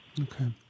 Okay